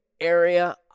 area